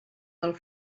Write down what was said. del